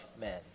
men